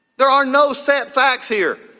there are no set facts here.